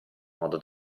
modo